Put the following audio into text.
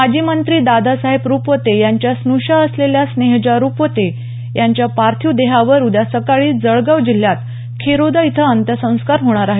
माजी मंत्री दादासाहेब रुपवते यांच्या स्नुषा असलेल्या स्नेहजा रुपवते यांच्या पार्थिव देहावर उद्या सकाळी जळगाव जिल्ह्यात खिरोदा इथं अंत्यसंस्कार होणार आहेत